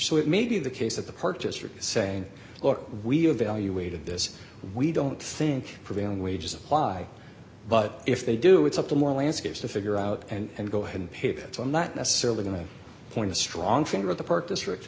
so it may be the case that the park district saying look we evaluated this we don't think prevailing wages apply but if they do it's up to more landscapes to figure out and go ahead and pivot on that necessarily going to point a strong finger at the park district